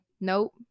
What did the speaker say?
Nope